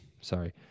sorry